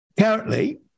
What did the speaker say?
currently